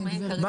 כן,